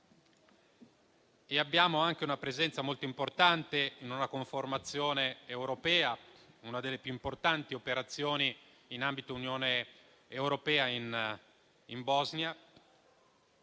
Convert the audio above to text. abbiamo anche una presenza molto importante in una conformazione europea, in una delle più importanti operazioni nell'ambito dell'Unione europea in Bosnia.